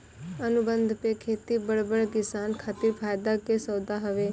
अनुबंध पे खेती बड़ बड़ किसान खातिर फायदा के सौदा हवे